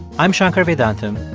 i'm shankar vedantam.